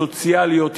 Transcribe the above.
סוציאליות,